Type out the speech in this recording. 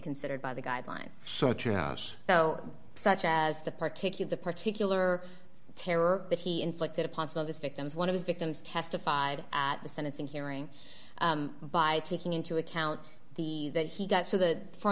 considered by the guidelines such a house so such as the particular particular terror that he inflicted upon some of his victims one of his victims testified at the sentencing hearing by taking into account the that he got so that for